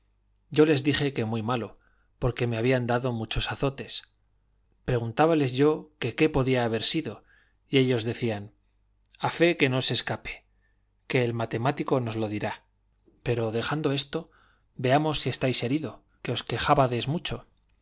yo les dije que muy malo porque me habían dado muchos azotes preguntábales yo que qué podía haber sido y ellos decían a fe que no se escape que el matemático nos lo dirá pero dejando esto veamos si estáis herido que os quejábades mucho